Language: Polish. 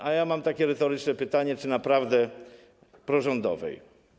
A ja mam takie retoryczne pytanie: Czy naprawdę prorządowej?